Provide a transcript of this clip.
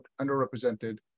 underrepresented